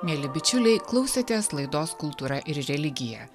mieli bičiuliai klausėtės laidos kultūra ir religija